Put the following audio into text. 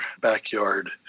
backyard